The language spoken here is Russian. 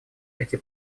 эти